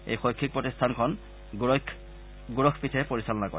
এই শৈক্ষিক প্ৰতিষ্ঠানখন গোৰক্ষ পীঠে পৰিচালনা কৰে